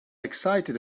excited